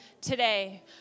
today